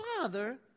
father